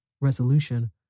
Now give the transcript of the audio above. resolution